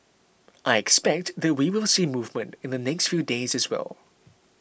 I expect that we will see movement in the next few days as well